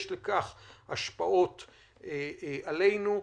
יש לכך השפעות עלינו.